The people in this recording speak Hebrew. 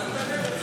שמת לב?